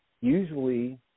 usually